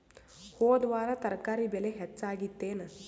ಹೊದ ವಾರ ತರಕಾರಿ ಬೆಲೆ ಹೆಚ್ಚಾಗಿತ್ತೇನ?